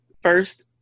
first